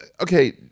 okay